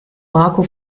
marco